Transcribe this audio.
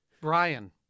Brian